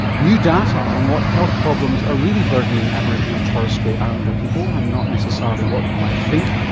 new data on what health problems are really burdening aboriginal and torres strait islander people, and not necessarily what you might think.